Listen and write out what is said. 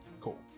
cool